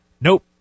Nope